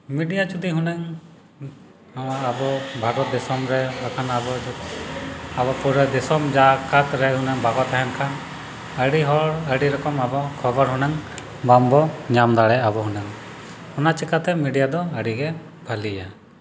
media ᱡᱩᱫᱤ ᱦᱩᱱᱟᱹᱝ ᱟᱨ ᱟᱵᱚ ᱵᱷᱟᱨᱚᱛ ᱫᱤᱥᱚᱢ ᱨᱮ ᱟᱨ ᱟᱵᱚ ᱡᱚᱛᱚ ᱟᱵᱚ ᱯᱩᱨᱟᱹ ᱫᱤᱥᱚᱢ ᱡᱟᱠᱟᱛ ᱨᱮ ᱦᱩᱱᱟᱹᱝ ᱵᱟᱠᱚ ᱛᱟᱦᱮᱱ ᱠᱷᱟᱱ ᱟᱹᱰᱤ ᱦᱚᱲ ᱟᱹᱰᱤ ᱨᱚᱠᱚᱢ ᱟᱵᱚ ᱠᱷᱚᱵᱚᱨ ᱦᱩᱱᱟᱹᱝ ᱵᱟᱝ ᱵᱚᱱ ᱧᱟᱢ ᱫᱟᱲᱮᱭᱟᱜ ᱦᱩᱱᱟᱹᱜ ᱚᱱᱟ ᱪᱤᱠᱟᱹᱛᱮ ᱢᱤᱰᱤᱭᱟ ᱫᱚ ᱟᱹᱰᱤ ᱜᱮ ᱵᱷᱟᱹᱞᱤᱭᱟ